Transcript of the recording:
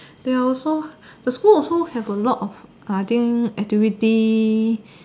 they are also the school also have a lot of I think activity